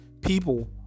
people